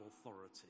authority